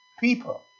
people